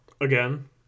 again